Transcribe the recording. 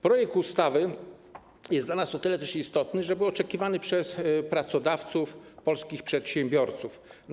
Projekt ustawy jest dla nas o tyle istotny, że był oczekiwany przez pracodawców, polskich przedsiębiorców.